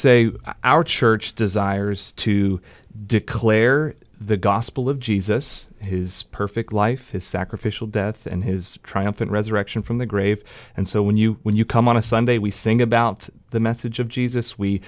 say our church desires to declare the gospel of jesus his perfect life his sacrificial death and his triumphant resurrection from the grave and so when you when you come on a sunday we sing about the message of jesus we